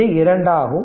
இது 2 ஆகும்